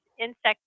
insect